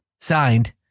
Signed